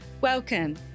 Welcome